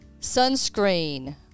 sunscreen